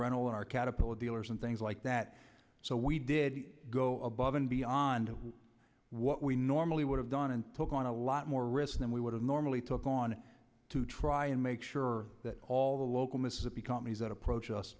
all our caterpillar dealers and things like that so we did go above and beyond what we normally would have done and put on a lot more risk than we would have normally took on to try and make sure that all the local mississippi companies that approach us